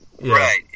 right